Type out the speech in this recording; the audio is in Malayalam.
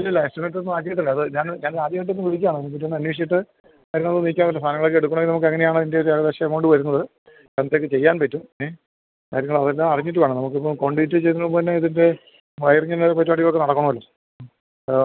ഇല്ലില്ലാ എസ്റ്റിമേറ്റൊന്നും ആക്കിയിട്ടില്ല അത് ഞാൻ അത് ഞാൻ അതാദ്യമായിട്ടൊന്ന് വിളിക്കാണ് ഇതിനെ പറ്റി ഒന്ന് അന്വേഷിച്ചിട്ട് അതിനാകുമ്പം വിളിക്കാമല്ലോ സാധനങ്ങളൊക്കെ എടുക്കണേല് നമുക്ക് അങ്ങനെ ആണതിന്റെ ഒരു ഏകദേശം എമൗണ്ട് വരുന്നത് എന്തൊക്കെ ചെയ്യാന് പറ്റും ഏ കാര്യങ്ങൾ അതെല്ലാം അറിഞ്ഞിട്ട് വേണം നമുക്ക് ഇപ്പം കോണ്ക്രീറ്റ് ചെയ്യുന്നതിന് മുമ്പ് തന്നെ ഇതിന്റെ വയറിങ്ങിന് പരിപാടികളൊക്കെ നടക്കണമല്ലോ